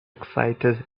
excited